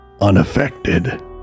unaffected